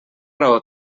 raó